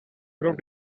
group